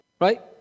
Right